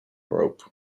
rope